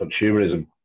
consumerism